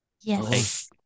Yes